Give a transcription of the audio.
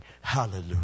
Hallelujah